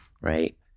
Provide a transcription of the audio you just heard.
Right